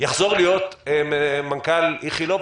יחזור להיות מנכ"ל איכילוב?